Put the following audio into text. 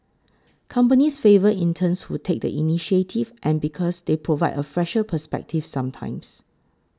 companies favour interns who take the initiative and because they provide a fresher perspective sometimes